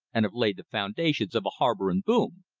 and have laid the foundations of a harbor and boom.